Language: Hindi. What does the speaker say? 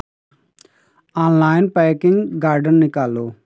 ऑनलाइन पैकिंग गार्डन निकालो